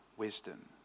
Wisdom